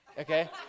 okay